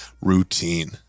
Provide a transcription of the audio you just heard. routine